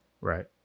Right